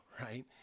right